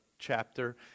chapter